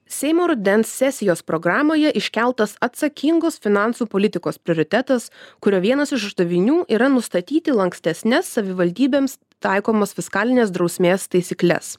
seimo rudens sesijos programoje iškeltas atsakingos finansų politikos prioritetas kurio vienas iš uždavinių yra nustatyti lankstesnes savivaldybėms taikomas fiskalinės drausmės taisykles